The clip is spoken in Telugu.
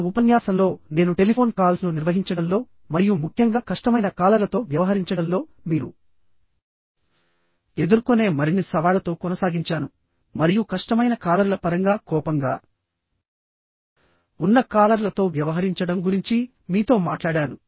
గత ఉపన్యాసంలో నేను టెలిఫోన్ కాల్స్ను నిర్వహించడంలో మరియు ముఖ్యంగా కష్టమైన కాలర్లతో వ్యవహరించడంలో మీరు ఎదుర్కొనే మరిన్ని సవాళ్లతో కొనసాగించాను మరియు కష్టమైన కాలర్ల పరంగా కోపంగా ఉన్న కాలర్లతో వ్యవహరించడం గురించి మీతో మాట్లాడాను